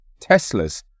Teslas